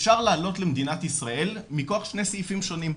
אפשר להעלות למדינת ישראל, מכוח שני סעיפים שונים.